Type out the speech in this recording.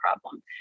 problem